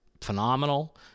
phenomenal